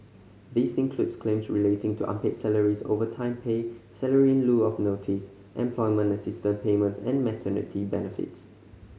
this includes claims relating to unpaid salaries overtime pay salary in lieu of notice employment assistance payments and maternity benefits